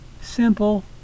simple